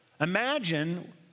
Imagine